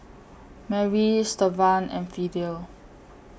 Mary Stevan and Fidel